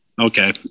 Okay